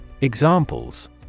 Examples